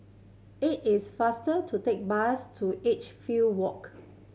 it is faster to take bus to Edgefield Walk